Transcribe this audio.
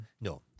no